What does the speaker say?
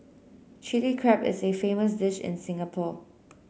Chilli Crab is a famous dish in Singapore